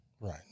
Right